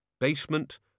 Basement